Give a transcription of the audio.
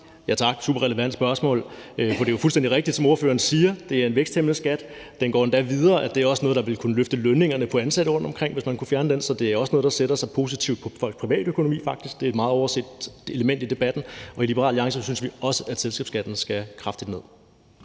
er et superrelevant spørgsmål, for det er jo fuldstændig rigtigt, som ordføreren siger: Det er en væksthæmmende skat. Det går endda videre, i forhold til at det også er noget, der ville kunne løfte lønningerne for ansatte rundtomkring, hvis man kunne fjerne den, så det er også noget, der sætter sig positivt i folks privatøkonomi, faktisk. Det er et meget overset element i debatten, og i Liberal Alliance synes vi også, at selskabsskatten skal kraftigt ned.